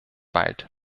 bald